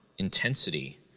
intensity